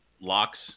locks